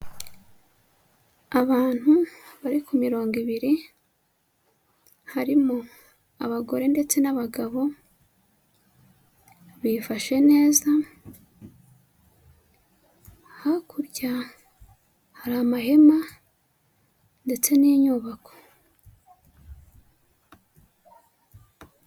Abantu bari ku mirongo ibiri, harimo abagore ndetse n'abagabo, bifashe neza, hakurya hari amahema, ndetse n'inyubako.